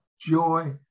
joy